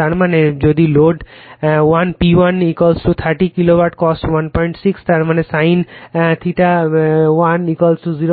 তার মানে যদি লোড 1 P1 30 KW cos 16 তার মানে sin θ 1 08